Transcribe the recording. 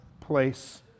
place